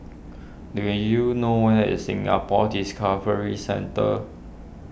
do you know where is Singapore Discovery Centre